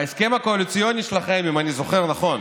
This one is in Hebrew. בהסכם הקואליציוני שלכם, אם אני זוכר נכון,